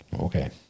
Okay